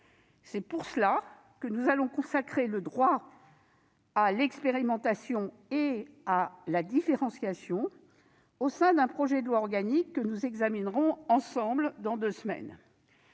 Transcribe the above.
C'est pour cela que nous allons consacrer le droit à l'expérimentation et à la différenciation au sein d'un projet de loi organique que nous examinerons ensemble dans deux semaines.